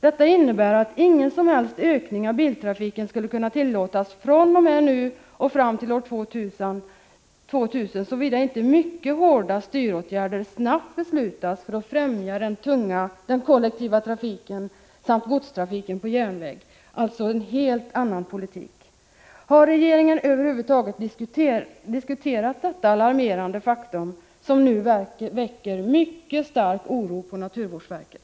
Detta innebär att ingen som helst ökning av biltrafiken skulle kunna tillåtas från och med nu och fram till år 2000, såvida inte mycket hårda styråtgärder snabbt beslutas för att främja den kollektiva trafiken samt godstrafiken på järnväg, alltså en helt annan politik. Har regeringen över huvud taget diskuterat detta alarmerande faktum, som nu väcker mycket stark oro på naturvårdsverket?